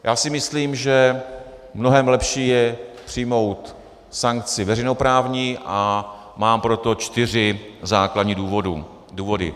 Já si myslím, že mnohem lepší je přijmout sankci veřejnoprávní, a mám pro to čtyři základní důvody.